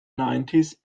nineties